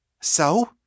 So